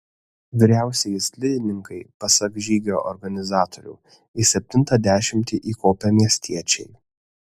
vyriausieji slidininkai pasak žygio organizatorių į septintą dešimtį įkopę miestiečiai